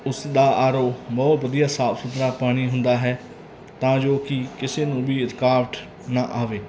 ਉਸਦਾ R O ਬਹੁਤ ਵਧੀਆ ਸਾਫ ਸੁਥਰਾ ਪਾਣੀ ਹੁੰਦਾ ਹੈ ਤਾਂ ਜੋ ਕਿ ਕਿਸੇ ਨੂੰ ਵੀ ਰੁਕਾਵਟ ਨਾ ਆਵੇ